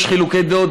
יש חילוקי דעות,